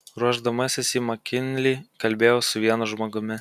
ruošdamasis į makinlį kalbėjau su vienu žmogumi